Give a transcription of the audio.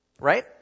Right